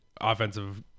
offensive